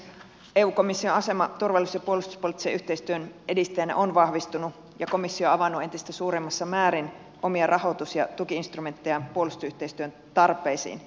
eu komission asema turvallisuus ja puolustuspoliittisen yhteistyön edistäjänä on vahvistunut ja komissio on avannut entistä suuremmassa määrin omia rahoitus ja tuki instrumenttejään puolustusyhteistyön tarpeisiin